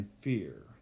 fear